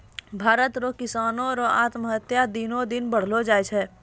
भारत रो किसानो रो आत्महत्या दिनो दिन बढ़लो जाय छै